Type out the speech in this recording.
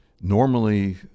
Normally